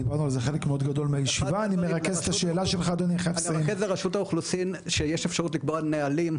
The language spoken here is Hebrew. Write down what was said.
--- אני חושב שלרשות האוכלוסין יש אפשרות לקבוע נהלים,